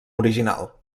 original